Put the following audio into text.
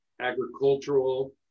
agricultural